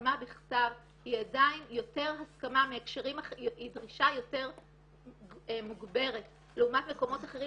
הסכמה בכתב היא דרישה יותר מוגברת לעומת מקומות אחרים,